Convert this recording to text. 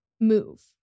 move